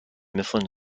mifflin